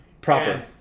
Proper